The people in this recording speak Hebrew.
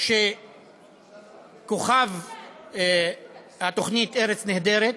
שכוכב התוכנית "ארץ נהדרת",